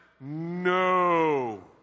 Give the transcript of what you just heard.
No